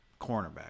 cornerback